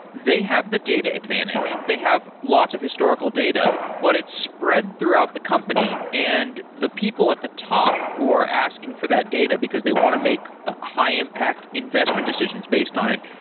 they have the data advantage. they have lots of historical data. but it's spread throughout the company and the people at the top who are asking for that data, because they want to make ah high-impact investment decisions based on it.